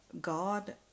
God